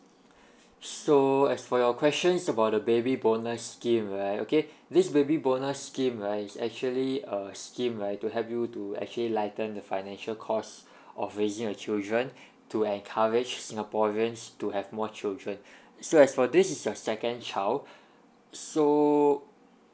so as for your questions about the baby bonus scheme right okay this baby bonus scheme right is actually a scheme right to help you to actually lighten the financial cost of raising a children to encourage singaporeans to have more children so as for this is your second child so